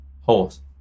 horse